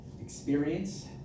experience